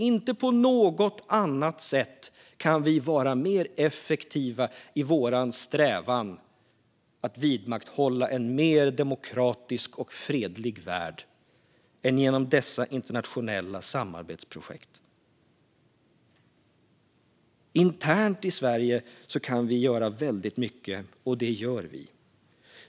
Inte på något annat sätt kan vi vara mer effektiva i vår strävan att vidmakthålla en mer demokratisk och fredlig värld än genom dessa internationella samarbetsprojekt. Internt i Sverige kan vi göra väldigt mycket, och det gör vi.